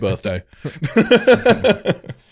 birthday